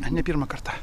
ne pirmą kartą